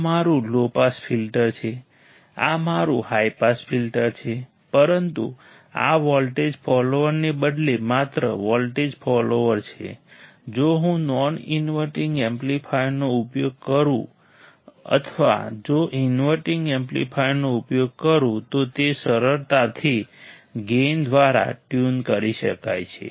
આ મારું low pass filter છે આ મારું હાઇ પાસ ફિલ્ટર છે પરંતુ આ વોલ્ટેજ ફોલોઅરને બદલે માત્ર વોલ્ટેજ ફોલોઅર છે જો હું નોન ઇન્વર્ટિંગ એમ્પ્લીફાયરનો ઉપયોગ કરું અથવા જો ઇનવર્ટિંગ એમ્પ્લીફાયરનો ઉપયોગ કરું તો તે સરળતાથી ગેઇન દ્વારા ટ્યુન કરી શકાય છે